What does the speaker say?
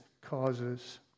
causes